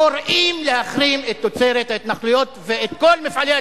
קורא להחרים את תוצרת ההתנחלויות ואת כל מפעלי ההתנחלויות.